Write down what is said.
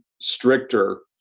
stricter